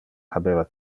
habeva